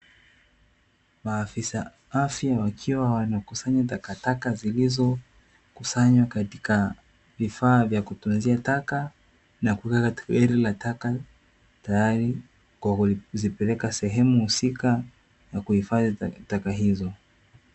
Maafisa afya wakiwa wanakusanya takataka zilizokusanywa katika vifaa vya kutunzia taka na kuweka katika gari la taka, tayari kwa kuzipeleka sehemu husika kwa kuhifadhi taka hizo.